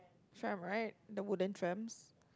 tram right the wooden trams